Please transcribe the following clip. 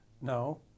No